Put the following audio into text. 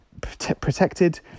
protected